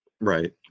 Right